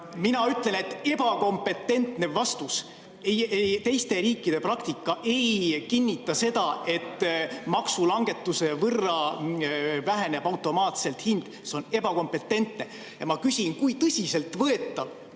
Mina ütlen, et ebakompetentne vastus. Teiste riikide praktika ei kinnita seda, et maksulangetuse võrra hind automaatselt väheneb. See on ebakompetentne. Ma küsin, kui tõsiseltvõetav